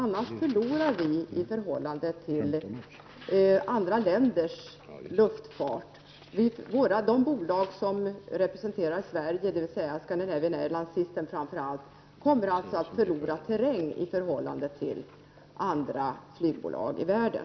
Annars förlorar vi mark till andra länders luftfart. De bolag som representerar Sverige, framför allt Scandinavian Airlines System, kommer alltså att förlora terräng i förhållande till andra flygbolag i världen.